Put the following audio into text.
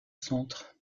centre